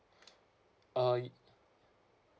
uh